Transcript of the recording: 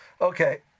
Okay